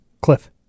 Cliff